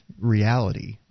reality